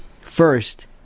First